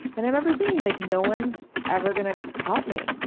and i remember thinking like no one's ever gonna help me.